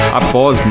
após